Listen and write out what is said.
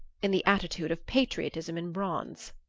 in the attitude of patriotism in bronze.